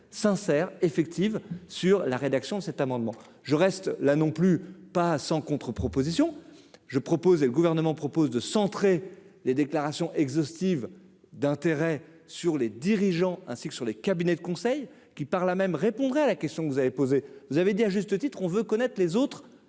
sincère effective sur la rédaction, cet amendement, je reste là non plus pas sans contre-proposition je propose et le gouvernement propose de centrer les déclarations exhaustive d'intérêt sur les dirigeants, ainsi que sur les cabinets de conseil qui, par là même répondrait à la question que vous avez posée, vous avez dit à juste titre, on veut connaître les autres